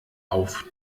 auf